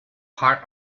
part